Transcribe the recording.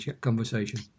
conversation